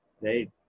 right